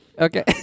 Okay